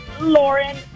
Lauren